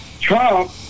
Trump